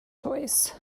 toys